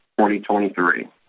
2023